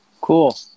cool